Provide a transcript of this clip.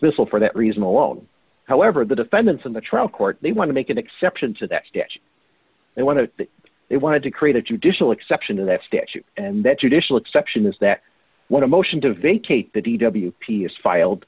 dismissal for that reason alone however the defendants in the trial court they want to make an exception to that they want to they wanted to create a judicial exception to that statute and that judicial exception is that what a motion to vacate the d w p is filed